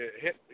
hit